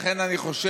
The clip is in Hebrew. לכן אני חושב,